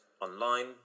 online